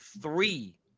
three